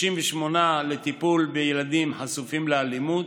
68 לטיפול בילדים חשופים לאלימות